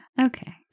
Okay